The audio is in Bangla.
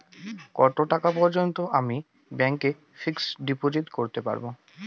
কত টাকা পর্যন্ত আমি ব্যাংক এ ফিক্সড ডিপোজিট করতে পারবো?